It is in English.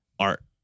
Art